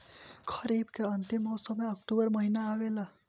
खरीफ़ के अंतिम मौसम में अक्टूबर महीना आवेला?